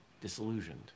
disillusioned